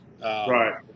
Right